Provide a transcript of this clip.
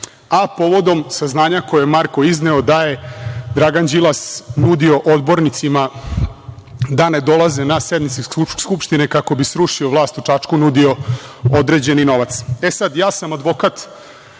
a povodom saznanja koje je Marko izneo da je Dragan Đilas nudio odbornicima da ne dolaze na sednice Skupštine kako bi srušio vlast u Čačku, nudio određeni novac. Ja sam advokat